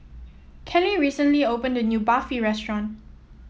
Kelli recently opened a new Barfi Restaurant